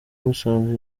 musanze